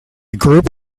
group